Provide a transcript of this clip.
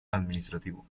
administrativo